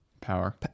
power